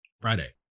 Friday